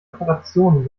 operationen